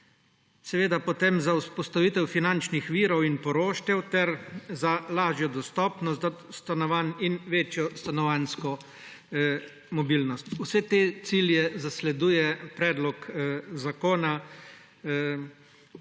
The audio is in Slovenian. Seveda potem za vzpostavitev finančnih virov in poroštev ter za lažjo dostopnost do stanovanj in večjo stanovanjsko mobilnost. Vse te cilje zasleduje predlog zakona,